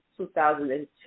2002